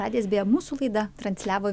radijas beje mūsų laida transliavo